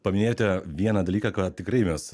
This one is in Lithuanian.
paminėjote vieną dalyką ką tikrai mes